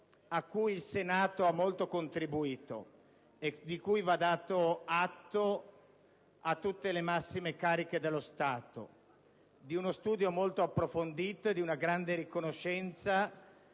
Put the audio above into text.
a cui il Senato ha molto contribuito, e di cui va dato atto a tutte le massime cariche dello Stato, di uno studio molto approfondito e di una grande riconoscenza